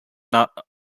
not